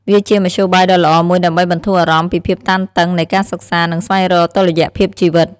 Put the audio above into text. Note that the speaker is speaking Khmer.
វាជាមធ្យោបាយដ៏ល្អមួយដើម្បីបន្ធូរអារម្មណ៍ពីភាពតានតឹងនៃការសិក្សា និងស្វែងរកតុល្យភាពជីវិត។